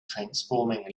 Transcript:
transforming